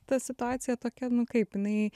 ta situacija tokia nu kaip jinai